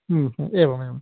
एवमेवं